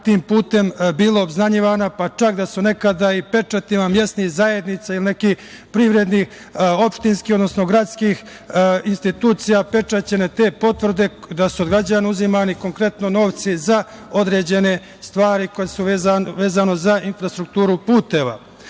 tim putem bila obznanjivana, pa čak da su nekada i pečatima mesnih zajednica ili nekih privrednih, opštinskih, odnosno gradskih institucija pečaćene te potvrde, da su od građana uzimani konkretno novci za određene stvari koje su vezane za infrastrukturu puteva. Takođe,